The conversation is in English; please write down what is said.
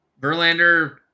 Verlander